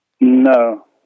No